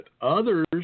others